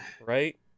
right